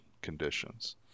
conditions